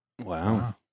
Wow